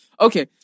Okay